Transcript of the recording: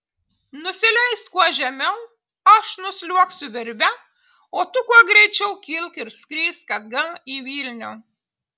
nusileisk kuo žemiau aš nusliuogsiu virve o tu kuo greičiau kilk ir skrisk atgal į vilnių